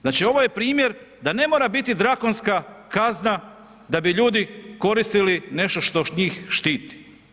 Znači ovo je primjer da ne mora biti drakonska kazna da bi ljudi koristili nešto što njih štiti.